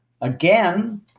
again